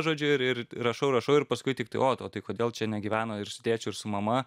žodžiu ir ir rašau rašau ir paskui tiktai o tai kodėl čia negyveno ir su tėčiu ir su mama